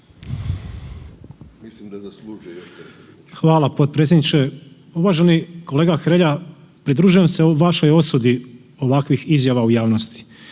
Hvala potpredsjedniče. Kolega Hrelja pridružujem se vašoj osudi ovakvih izjava u javnosti,